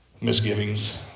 misgivings